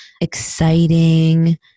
exciting